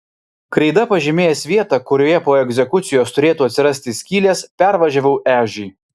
kreida pažymėjęs vietą kurioje po egzekucijos turėtų atsirasti skylės pervažiavau ežį